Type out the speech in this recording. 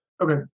Okay